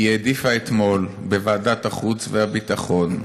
היא העדיפה אתמול, בוועדת החוץ והביטחון,